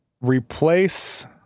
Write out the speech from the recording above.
replace